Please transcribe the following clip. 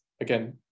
Again